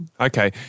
Okay